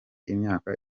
imyaka